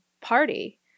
party